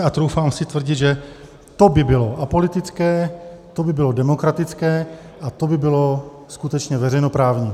A troufám si tvrdit, že to by bylo apolitické, to by bylo demokratické a to by bylo skutečně veřejnoprávní.